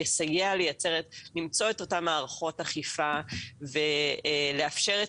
יסייע למצוא את אותן מערכות אכיפה ולאפשר את